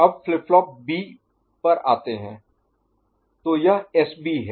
अब flip flop B पर आते हैं तो यह एसबी है